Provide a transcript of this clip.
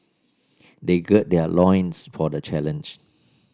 they gird their loins for the challenge